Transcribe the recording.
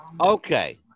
Okay